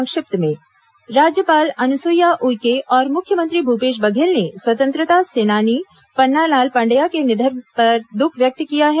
संक्षिप्त समाचार राज्यपाल अनुसुईया उइके और मुख्यमंत्री भूपेश बघेल ने स्वतंत्रता सेनानी पन्नालाल पंड्या के निधन पर दुःख व्यक्त किया है